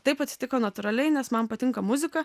taip atsitiko natūraliai nes man patinka muzika